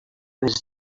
his